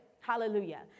Hallelujah